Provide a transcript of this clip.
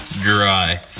dry